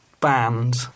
band